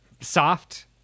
soft